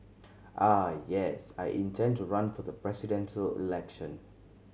ah yes I intend to run for the Presidential Election